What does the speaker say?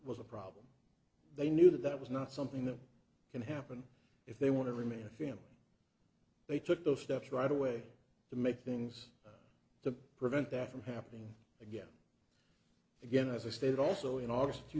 was a problem they knew that that was not something that can happen if they want to remain a family they took the steps right away to make things to prevent that from happening again again as i stated also in august